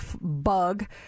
bug